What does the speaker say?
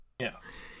Yes